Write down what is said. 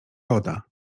woda